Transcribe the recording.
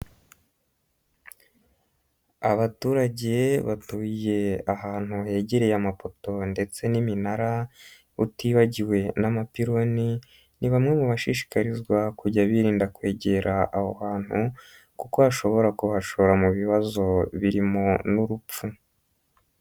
Abaturage batuye ahantu hegereye amapoto ndetse n'iminara utibagiwe n'amapiloni ni bamwe mu bashishikarizwa kujya birinda kwegera aho hantu kuko hashobora kubashora mu bibazo birimo n'urupfu.